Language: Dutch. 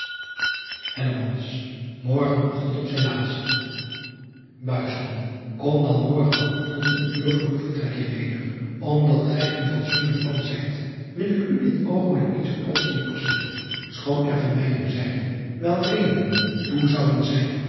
orgen ochtend op zijn laatst om dan morgen ochtend een uur voor uw vertrek hier weder omdat gij een fatsoenlijk man zijt wil ik u dit oogenblik niet zoo plotseling afzetten schoon er van mijne zijde wel redenen toe zouden zijn